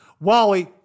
Wally